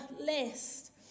list